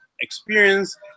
experience